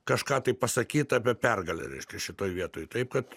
kažką taip pasakyt apie pergalę reiškia šitoj vietoj taip kad